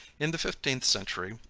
in the fifteenth century,